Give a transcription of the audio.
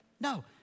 no